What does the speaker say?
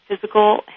physical